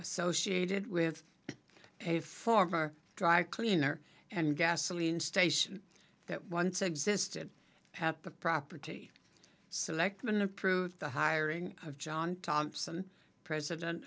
associated with a former dry cleaner and gasoline station that once existed have the property selectmen approved the hiring of john thompson president